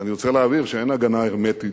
ואני רוצה להבהיר שאין הגנה הרמטית,